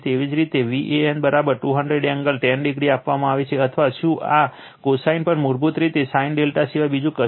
એવી જ રીતે Van 200 એંગલ 10o આપવામાં આવે છે અથવા શું આ cosine પણ મૂળભૂત રીતે sin ∆ સિવાય બીજું કશું જ નથી